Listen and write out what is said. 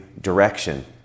direction